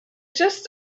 just